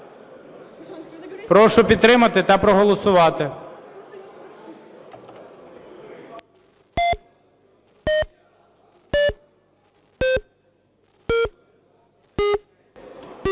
Прошу підтримати та проголосувати.